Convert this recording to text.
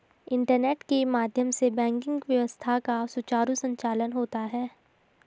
internet के माध्यम से बैंकिंग व्यवस्था का सुचारु संचालन होता है